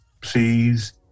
please